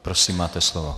Prosím, máte slovo.